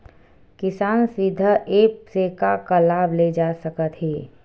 किसान सुविधा एप्प से का का लाभ ले जा सकत हे?